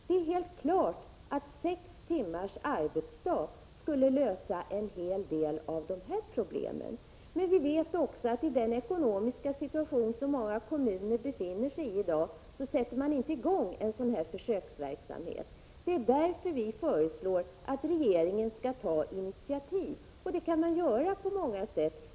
Det är helt klart att sex timmars arbetsdag skulle lösa en hel del av de här problemen, men vi vet också att i den ekonomiska situation där många kommuner befinner sig i dag sätter man inte i gång en sådan försöksverksamhet. Det är därför vi föreslår att regeringen skall ta initiativ, och det kan den göra på många sätt.